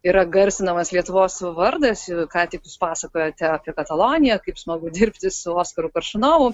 yra garsinamas lietuvos vardas ką tik pasakojote apie kataloniją kaip smagu dirbti su oskaru koršunovu